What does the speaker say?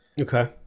Okay